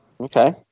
Okay